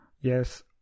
yes